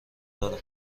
دارم